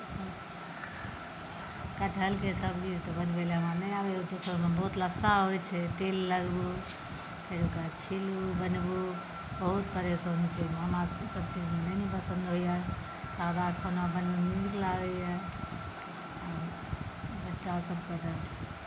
कठहलके सब्जी तऽ बनबै लए हमरा नहि आबैए ओतऽ सभमे बहुत लस्सा होइ छै तेल लगबु फेर ओकरा छिलू बनबू बहुत परेशानी छै हमरा ई सभ चीज नहि पसन्द होइए सादा खाना बनबैमे नहि नीक लागैए चाउर सभकेँ तऽ